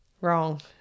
Wrong